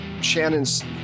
Shannon's